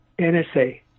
NSA